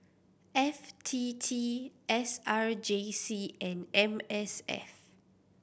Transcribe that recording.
F T T S R J C and M S F